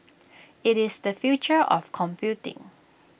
IT is the future of computing